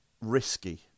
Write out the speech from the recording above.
risky